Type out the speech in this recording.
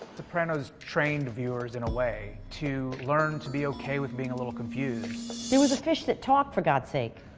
sopranos trained viewers in a way to learn to be o k. with being a little confused. it was a fish that talked, for god's sake.